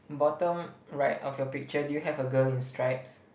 bottom right of your picture do you have a girl in stripes